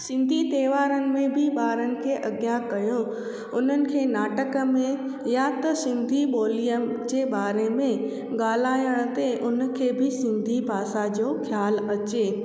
सिंधी त्योहारनि में बि ॿारनि खे अॻियां कयो उन्हनि खे नाटक में या त सिंधी ॿोलीअ जे बारे में ॻाल्हाइण ते उन खे बि सिंधी भाषा जो ख़्यालु अचे